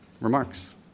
remarks